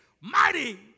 mighty